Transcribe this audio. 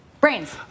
Brains